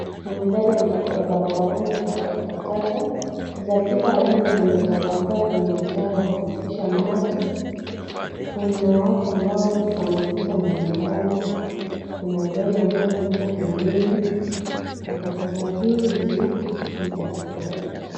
Mandhari ya barabarani ambapo takataka za kila aina zimetapakaa kwenye mtaro wa kupitisha maji. Kuna watu ambao wamepita mbalimbali. Kuna gari ambalo liko pembeni. Takataka hizi si za kufurahisha.